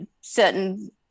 certain